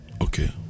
Okay